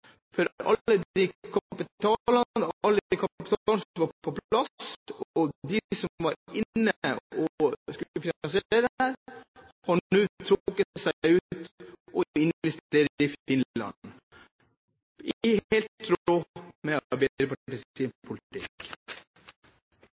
kapitalen var på plass, men de som var inne og skulle finansiere dette, har nå trukket seg ut og investerer i Finland – helt i tråd med